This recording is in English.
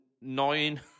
nine